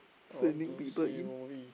sending people in